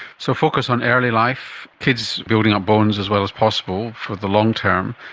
so focus on early life, kids building up bones as well as possible for the long-term,